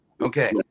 Okay